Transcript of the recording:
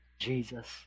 Jesus